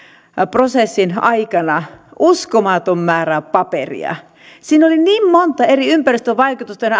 prosessin aikana uskomaton määrä paperia siinä oli niin monta eri ympäristövaikutusten